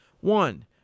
One